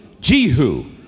Jehu